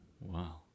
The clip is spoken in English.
wow